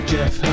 Jeff